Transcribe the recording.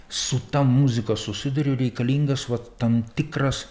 su ta muzika susiduri reikalingas vat tam tikras